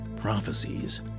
prophecies